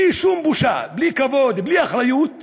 בלי שום בושה, בלי כבוד, בלי אחריות,